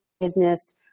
business